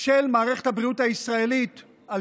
המציאות של מערכת הבריאות הישראלית על